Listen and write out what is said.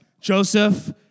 Joseph